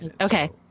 Okay